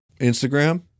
Instagram